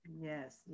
Yes